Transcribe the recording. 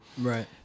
Right